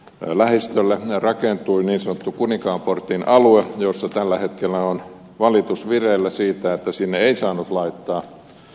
porvoon lähistölle rakentui niin sanottu kuninkaanportin alue josta tällä hetkellä on valitus vireillä siitä että sinne ei saanut laittaa elintarvikeliikettä